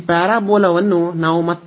ಈ ಪ್ಯಾರಾಬೋಲಾವನ್ನು ನಾವು ಮತ್ತೆ ಹೊಂದಿದ್ದೇವೆ